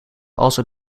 also